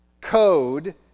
code